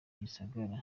gisagara